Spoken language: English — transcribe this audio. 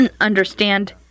understand